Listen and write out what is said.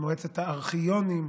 ומועצת הארכיונים,